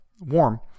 warm